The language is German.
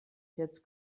jetzt